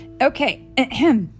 Okay